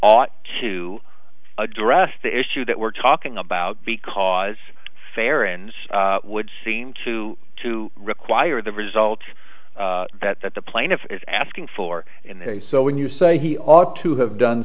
ought to address the issue that we're talking about because fair ends would seem to to require the result that that the plaintiff is asking for and so when you say he ought to have done